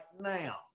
now